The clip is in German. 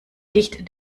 licht